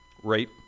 Rape